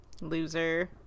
Loser